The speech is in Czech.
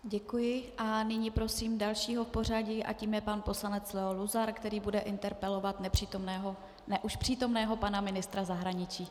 Děkuji a nyní prosím dalšího v pořadí, a tím je pan poslanec Leo Luzar, který bude interpelovat nepřítomného ne, už přítomného pana ministra zahraničí.